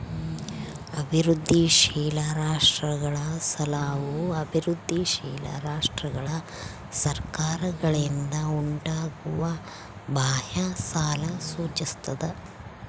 ಅಭಿವೃದ್ಧಿಶೀಲ ರಾಷ್ಟ್ರಗಳ ಸಾಲವು ಅಭಿವೃದ್ಧಿಶೀಲ ರಾಷ್ಟ್ರಗಳ ಸರ್ಕಾರಗಳಿಂದ ಉಂಟಾಗುವ ಬಾಹ್ಯ ಸಾಲ ಸೂಚಿಸ್ತದ